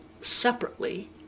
separately